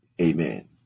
Amen